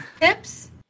Tips